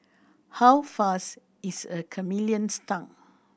how fast is a chameleon's tongue